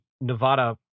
nevada